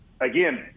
Again